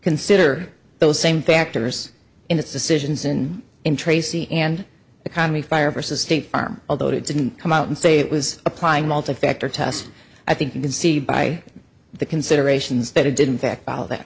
consider those same factors in its decisions in in tracy and economy fire versus state farm although it didn't come out and say it was applying multi factor test i think you can see by the considerations that it didn't affect